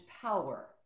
power